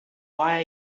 why